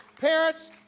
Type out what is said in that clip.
Parents